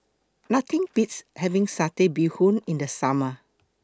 Nothing Beats having Satay Bee Hoon in The Summer